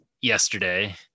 yesterday